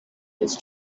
his